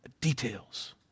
Details